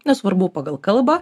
nesvarbu pagal kalbą